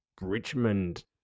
Richmond